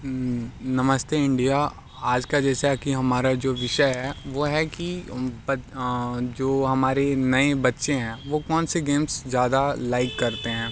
नमस्ते इंडिया आजका जैसा की हमारा जो विषय है वो है कि जो हमारे नए बच्चे हैं वो कौनसी गेम्स ज़्यादा लाइक करते हैं